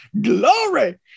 glory